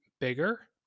bigger